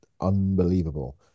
unbelievable